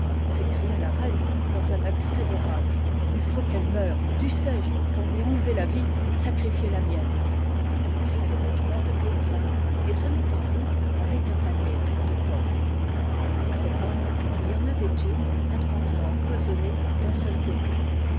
s'écria la reine dans un accès de rage il faut qu'elle meure dussé-je pour lui enlever la vie sacritier la mienne elle prit des vêtements de paysanne et se mit en route avec un panier plein de pommes parmi ces pommes il y en avait une adroitement empoisonnée d'un seul côté